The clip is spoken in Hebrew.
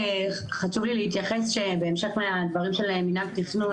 חשוב לי להתייחס שבהמשך לדברים של מינהל תכנון,